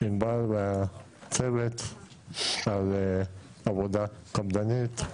עינבל ואת הצוות על עבודה קפדנית,